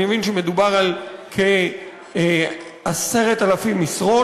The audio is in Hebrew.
אני מבין שמדובר על כ-10,000 משרות,